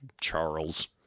Charles